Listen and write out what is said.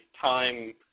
time